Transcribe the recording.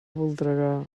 voltregà